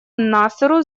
насеру